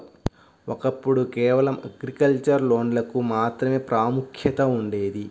ఒకప్పుడు కేవలం అగ్రికల్చర్ లోన్లకు మాత్రమే ప్రాముఖ్యత ఉండేది